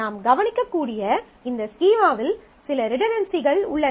நாம் கவனிக்கக்கூடிய இந்த ஸ்கீமாவில் சில ரிடன்டன்சிகள் உள்ளன